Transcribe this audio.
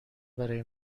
برای